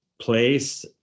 place